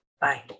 Bye